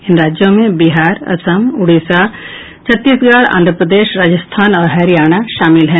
इन राज्यों में बिहार असम ओडिसा छत्तीसगढ आंध्र प्रदेश राजस्थान और हरियाणा शामिल हैं